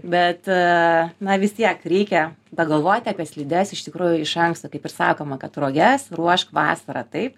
bet na vis tiek reikia pagalvoti apie slides iš tikrųjų iš anksto kaip ir sakoma kad roges ruošk vasarą taip